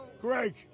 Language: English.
Greg